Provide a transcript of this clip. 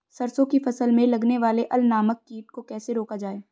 सरसों की फसल में लगने वाले अल नामक कीट को कैसे रोका जाए?